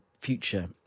future